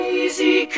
easy